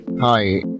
Hi